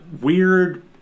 weird